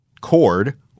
cord